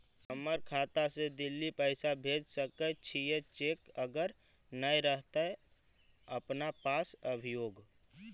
हमर खाता से दिल्ली पैसा भेज सकै छियै चेक अगर नय रहतै अपना पास अभियोग?